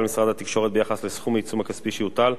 משרד התקשורת ביחס לסכום העיצום הכספי שיוטל,